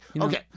Okay